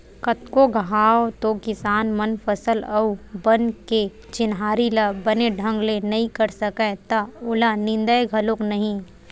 कतको घांव तो किसान मन फसल अउ बन के चिन्हारी ल बने ढंग ले नइ कर सकय त ओला निंदय घलोक नइ